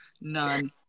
none